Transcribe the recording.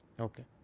Okay